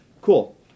Cool